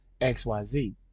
xyz